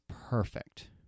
perfect